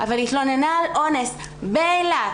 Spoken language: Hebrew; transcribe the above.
אבל היא התלוננה על אונס באילת,